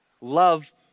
Love